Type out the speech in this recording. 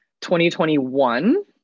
2021